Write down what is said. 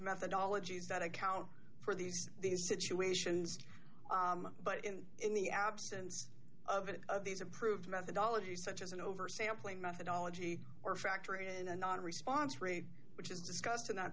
methodology that account for these these situations but in in the absence of it these approved methodology such as an over sampling methodology or factor in a non response rate which is discussed in that